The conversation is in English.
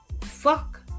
fuck